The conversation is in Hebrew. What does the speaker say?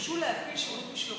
יורשו להפעיל שירות משלוחים.